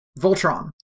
Voltron